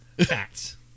Facts